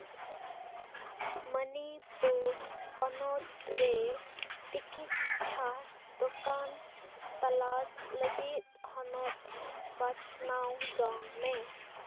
ᱢᱟᱹᱱᱤᱯᱩᱨ ᱯᱚᱱᱚᱛ ᱨᱮ ᱛᱤᱠᱤᱪᱪᱷᱟ ᱫᱳᱠᱟᱱ ᱛᱟᱞᱟᱥ ᱞᱟᱹᱜᱤᱫ ᱦᱚᱱᱚᱛ ᱵᱟᱪᱷᱱᱟᱣ ᱡᱚᱝ ᱢᱮ